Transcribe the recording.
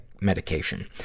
medication